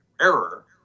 error